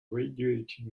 graduated